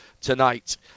tonight